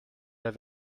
der